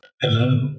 Hello